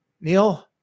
neil